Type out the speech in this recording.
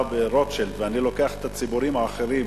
ברוטשילד ואני לוקח את הציבורים האחרים,